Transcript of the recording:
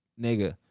nigga